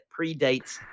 predates